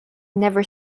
never